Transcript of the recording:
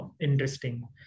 interesting